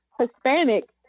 Hispanic